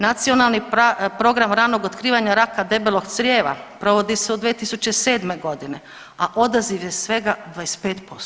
Nacionalni program ranog otkrivanja raka debelog crijeva provodi se od 2007.g., a odaziv je svega 25%